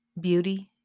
beauty